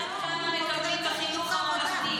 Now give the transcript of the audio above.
תשאל כמה מקבלים בחינוך הממלכתי.